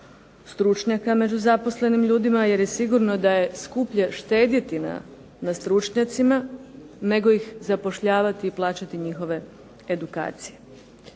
stručnjaka među zaposlenim ljudima jer je sigurno da je skuplje štedjeti na stručnjacima nego ih zapošljavati i plaćati njihove edukacije.